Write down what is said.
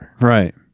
Right